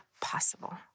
possible